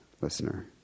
listener